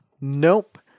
Nope